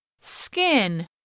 Skin